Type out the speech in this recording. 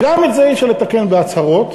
גם את זה אי-אפשר לתקן בהצהרות,